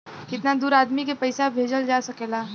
कितना दूर आदमी के पैसा भेजल जा सकला?